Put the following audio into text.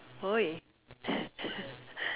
!oi!